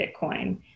Bitcoin